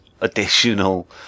additional